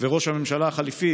וראש הממשלה החליפי,